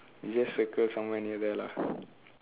you just circle somewhere near there lah